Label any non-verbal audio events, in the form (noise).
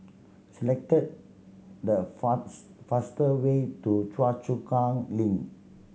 selected the (unintelligible) fastest way to Choa Chu Kang Link